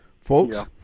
folks